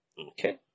Okay